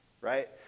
right